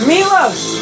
Milos